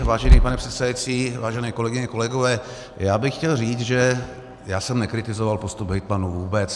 Vážený pane předsedající, vážené kolegyně, kolegové, já bych chtěl říct, že jsem nekritizoval postup hejtmanů vůbec.